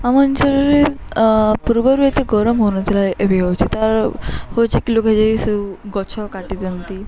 ଆମ ଅଞ୍ଚଳରେ ପୂର୍ବରୁ ଏତେ ଗରମ ହଉନଥିଲା ଏବେ ହଉଛି ତାର ହଉଛି କି ଲୋକେ ଯାଇ ସବୁ ଗଛ କାଟି ଦିଅନ୍ତି